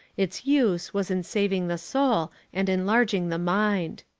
its use was in saving the soul and enlarging the mind.